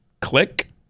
Click